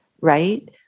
right